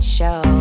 Show